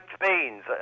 beans